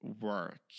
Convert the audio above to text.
work